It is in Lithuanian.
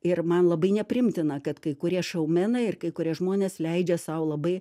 ir man labai nepriimtina kad kai kurie šoumenai ir kai kurie žmonės leidžia sau labai